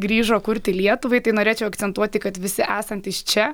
grįžo kurti lietuvai tai norėčiau akcentuoti kad visi esantys čia